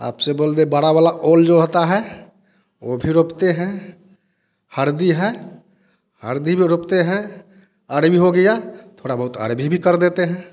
आप से बोल दे बड़ा वाला ओल जो होता है वो भी रोपते हैं हरदी है हरदी भी रोपते हैं अरबी हो गया थोड़ा बहुत अरबी भी कर देते हैं